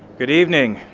good evening.